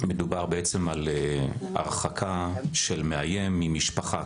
מדובר בעצם על הרחקה של מאיים ממשפחה,